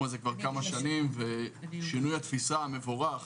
כבר כמה שנים ושינוי התפיסה המבורך,